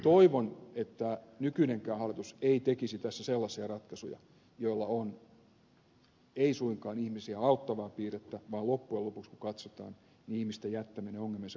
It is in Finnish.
toivon ettei nykyinenkään hallitus tekisi tässä sellaisia ratkaisuja joilla ei suinkaan ole ihmisiä auttavaa piirrettä vaan loppujen lopuksi kun katsotaan se olisi ihmisten jättäminen ongelmiensa kanssa yksin